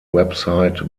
website